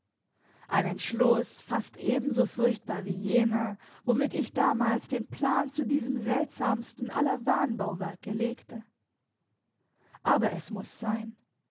ein entschluß fast ebenso furchtbar wie jener womit ich damals den plan zu diesem seltsamsten aller wahnbauwerke legte aber es muß sein